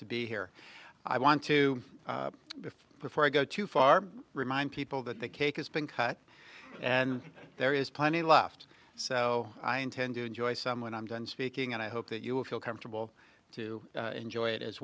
to be here i want to before i go too far remind people that the cake has been cut and there is plenty left so i intend to enjoy some when i'm done speaking and i hope that you will feel comfortable to enjoy it as